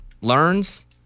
learns